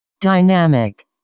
Dynamic